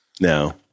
No